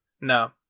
No